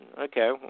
okay